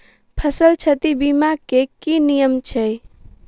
फसल क्षति बीमा केँ की नियम छै?